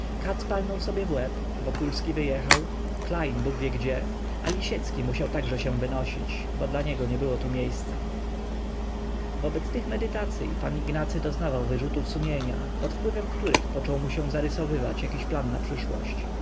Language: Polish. palnął sobie w łeb wokulski wyjechał klejn bóg wie gdzie a lisiecki musiał także się wynosić bo dla niego nie było tu miejsca wobec tych medytacyj pan ignacy doznawał wyrzutów sumienia pod wpływem których począł mu się zarysowywać jakiś plan na przyszłość